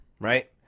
right